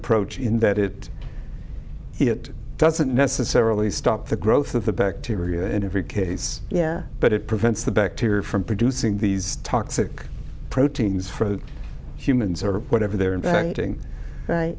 approach in that it it doesn't necessarily stop the growth of the bacteria in every case yeah but it prevents the bacteria from producing these toxic proteins for humans or whatever they're inventing